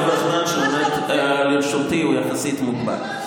הזמן שעומד לרשותי הוא יחסית מוגבל,